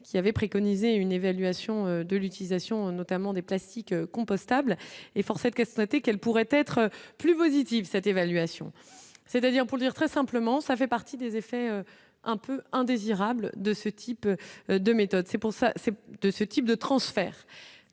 qui avait préconisé une évaluation de l'utilisation notamment des plastiques compostables et fort cette cassette et qu'elle pourrait être plus positive cette évaluation, c'est-à-dire pour le dire très simplement, ça fait partie des effets un peu indésirables de ce type de méthode, c'est pour ça, c'est